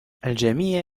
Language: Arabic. الجميع